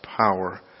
power